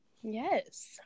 Yes